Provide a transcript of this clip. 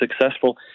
successful